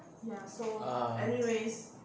ah